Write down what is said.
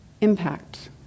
impact